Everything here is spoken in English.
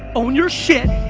own your shit.